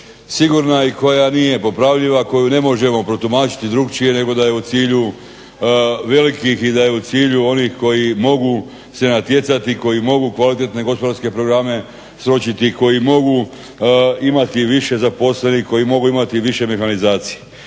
sigurna i koja nije popravljiva, koju ne možemo protumačiti drukčije nego da je u cilju velikih i da je u cilju onih koji mogu se natjecati, koji mogu kvalitetne gospodarske programe sročiti i koji mogu imati više zaposlenih, koji mogu imati više mehanizacije.